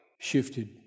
shifted